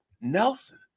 Nelson